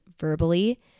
verbally